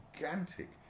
gigantic